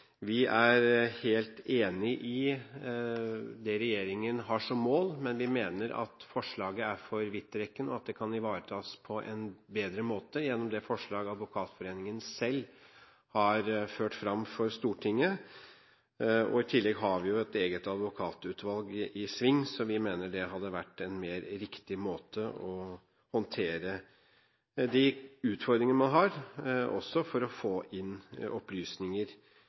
Vi er helt enig i det regjeringen har som mål, men vi mener at forslaget er for vidtrekkende, og at det kan ivaretas på en bedre måte gjennom det forslaget Advokatforeningen selv har ført fram for Stortinget. I tillegg har vi jo et eget advokatutvalg i sving, så vi mener at det hadde vært en riktigere måte å håndtere disse utfordringene på, også for å få inn opplysninger